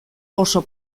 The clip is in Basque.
oso